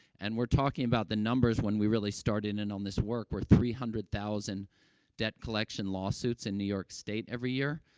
and we're talking about the numbers, when we really started in and on this work, were three hundred thousand debt collection lawsuits in new york state every year,